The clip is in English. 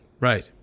right